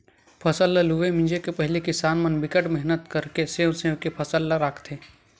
फसल ल लूए मिजे के पहिली किसान मन बिकट मेहनत करके सेव सेव के फसल ल राखथे